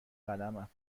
قلمم